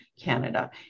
Canada